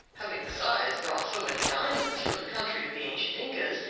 having besides brought so many diamonds from the country of the ancient incas,